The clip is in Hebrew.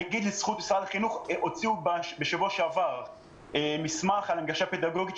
משרד החינוך הוציא בשבוע שעבר מסמך על הנגשה פדגוגית,